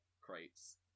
crates